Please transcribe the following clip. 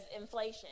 inflation